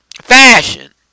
Fashion